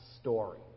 story